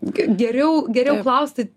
geriau geriau klausti